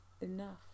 enough